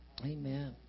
Amen